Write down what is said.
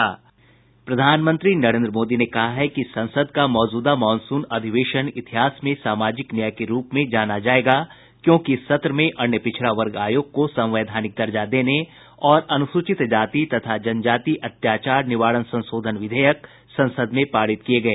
प्रधानमंत्री नरेन्द्र मोदी ने कहा है कि संसद का मौजूदा मानसून अधिवेशन इतिहास में सामाजिक न्याय के रूप में जाना जाएगा क्योंकि इस सत्र में अन्य पिछड़ा वर्ग आयोग को संवैधानिक दर्जा देने और अनुसूचित जाति तथा जनजाति अत्याचार निवारण संशोधन विधेयक संसद में पारित किए गए